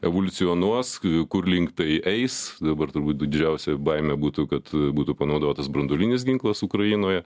evoliucionuos kur link tai eis dabar turbūt didžiausia baimė būtų kad būtų panaudotas branduolinis ginklas ukrainoje